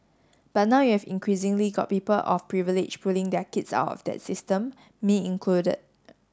but now you've increasingly got people of privilege pulling their kids out of that system me included